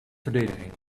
verdediging